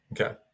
Okay